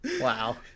Wow